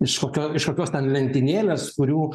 iš kokio iš kokios ten lentynėlės kurių